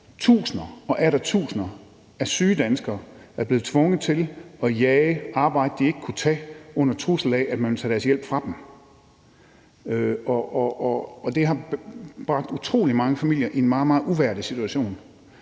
tusinder og atter tusinder af syge danskere er blevet tvunget til at jage et arbejde, som de ikke kunne tage, under trussel om, at man vil tage deres hjælp fra dem. Det har bragt utrolig mange familier i en meget, meget uværdig situation.